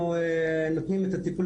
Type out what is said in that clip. אנחנו נותנים את הטיפול,